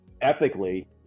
ethically